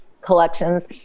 collections